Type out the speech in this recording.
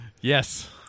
Yes